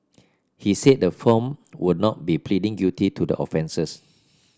he said the firm would not be pleading guilty to the offences